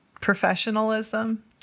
Professionalism